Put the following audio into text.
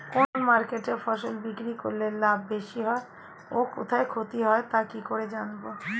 কোন মার্কেটে ফসল বিক্রি করলে লাভ বেশি হয় ও কোথায় ক্ষতি হয় তা কি করে জানবো?